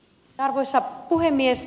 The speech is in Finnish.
arvoisa puhemies